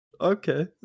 Okay